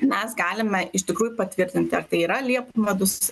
mes galime iš tikrųjų patvirtinti ar tai yra liepų medus